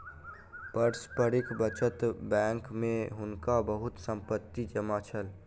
पारस्परिक बचत बैंक में हुनका बहुत संपत्ति जमा छल